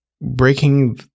breaking